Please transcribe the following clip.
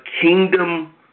kingdom